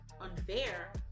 unfair